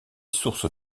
sources